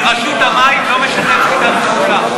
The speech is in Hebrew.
כי רשות המים לא משתפת אתם פעולה.